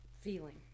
feeling